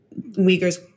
Uyghurs